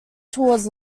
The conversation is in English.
towards